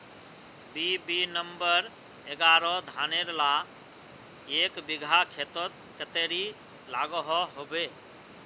BB number एगारोह धानेर ला एक बिगहा खेतोत कतेरी लागोहो होबे?